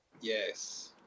Yes